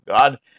God